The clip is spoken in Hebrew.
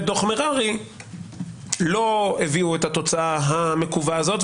דוח מררי לא הביאו את התוצאה המקווה הזאת,